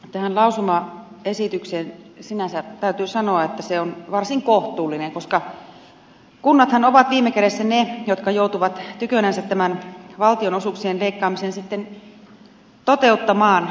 tähän lausumaesitykseen sinänsä täytyy sanoa että se on varsin kohtuullinen koska kunnathan ovat viime kädessä ne jotka joutuvat tykönänsä tämän valtionosuuksien leikkaamisen sitten toteuttamaan